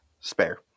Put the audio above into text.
Spare